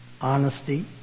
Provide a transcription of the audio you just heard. honesty